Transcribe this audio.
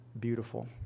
beautiful